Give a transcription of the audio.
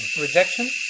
Rejection